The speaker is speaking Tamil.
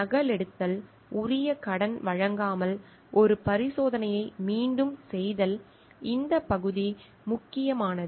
நகலெடுத்தல் உரிய கடன் வழங்காமல் ஒரு பரிசோதனையை மீண்டும் செய்தல் இந்த பகுதி முக்கியமானது